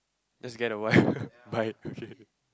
let's get a wife by okay